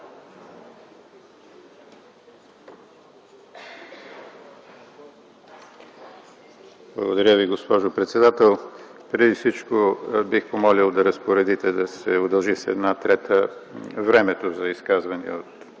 Благодаря Ви, госпожо председател. Преди всички бих помолил да разпоредите да се удължи с една трета времето за изказвания